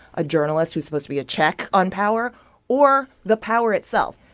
a journalist who's supposed to be a check on power or the power itself.